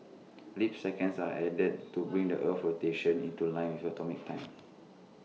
leap seconds are added to bring the Earth's rotation into line with atomic time